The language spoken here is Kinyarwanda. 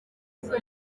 ariko